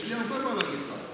יש לי הרבה מה להגיד לך.